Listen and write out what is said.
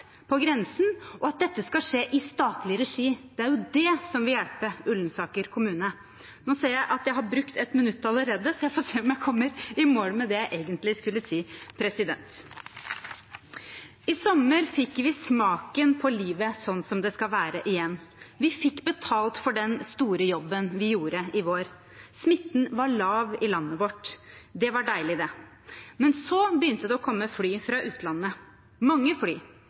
på grensen, og at dette skal skje i statlig regi. Det er det som vil hjelpe Ullensaker kommune. Nå ser jeg at jeg har brukt ett minutt allerede, så jeg får se om jeg kommer i mål med det jeg egentlig skulle si. I sommer fikk vi smaken på livet igjen slik det skal være. Vi fikk betalt for den store jobben vi gjorde i vår. Smitten var lav i landet vårt. Det var deilig. Men så begynte det å komme fly fra utlandet, mange fly.